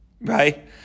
Right